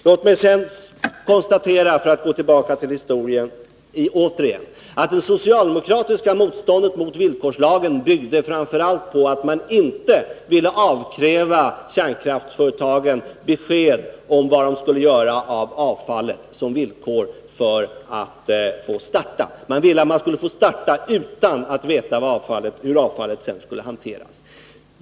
Låt mig sedan, för att igen gå tillbaka till historien, konstatera att det socialdemokratiska motståndet mot villkorslagen framför allt byggde på att man inte som villkor för att få starta ville avkräva kärnkraftsföretagen besked om var de skulle göra av avfallet. Socialdemokraterna ville att de skulle få starta utan att veta hur avfallet sedan skulle hanteras.